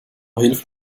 hilft